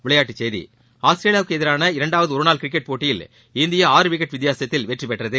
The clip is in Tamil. விளைபாட்டுச் செய்தி ஆஸ்திரேலியாவுக்கு எதிரான இரண்டாவது ஒருநாள் கிரிக்கெட் போட்டியில் இந்தியா ஆறு விக்கெட் வித்தியாசத்தில் வெற்றி பெற்றது